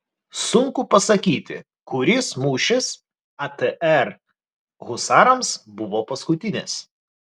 sunku pasakyti kuris mūšis atr husarams buvo paskutinis